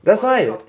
that's why